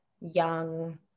young